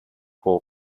for